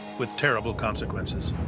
with terrible consequences.